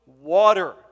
water